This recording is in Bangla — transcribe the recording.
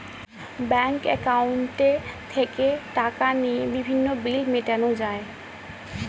ব্যাংক অ্যাকাউন্টে থেকে টাকা নিয়ে বিভিন্ন বিল মেটানো যায়